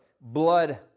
blood